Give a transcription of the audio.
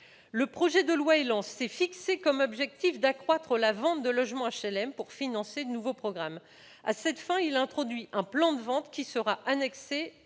le Gouvernement s'est fixé comme objectif d'accroître la vente de logements HLM pour financer de nouveaux programmes. À cette fin est introduit un plan de vente qui sera annexé